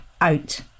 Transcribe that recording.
out